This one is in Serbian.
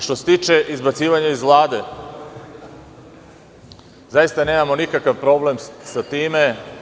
Što se tiče izbacivanje iz Vlade, zaista nemamo nikakav problem sa time.